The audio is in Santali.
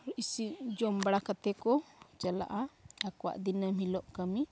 ᱤᱥᱤᱱ ᱡᱚᱢ ᱵᱟᱲᱟ ᱠᱟᱛᱮᱫ ᱠᱚ ᱪᱟᱞᱟᱜᱼᱟ ᱟᱠᱚᱣᱟᱜ ᱫᱤᱱᱟᱹᱢ ᱦᱤᱞᱳᱜ ᱠᱟᱹᱢᱤ